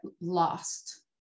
lost